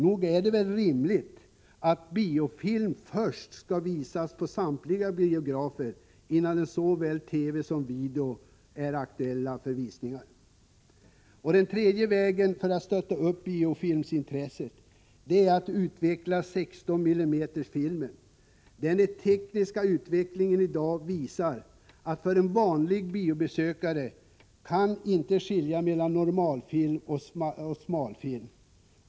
Nog är det rimligt att biofilm först visas på samtliga biografer innan de blir aktuella för TV och video. En tredje väg för att stötta upp biofilmsintresset är att utveckla 16 mm-filmen. Den tekniska utvecklingen i dag visar att en vanlig biobesökare inte kan skilja mellan normalfilm och smalfilm.